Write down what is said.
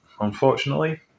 Unfortunately